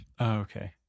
Okay